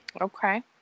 Okay